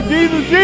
Jesus